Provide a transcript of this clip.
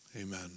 amen